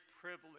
privilege